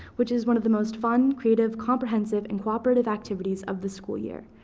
which is one of the most fun, creative, comprehensive, and cooperative activities of the school year.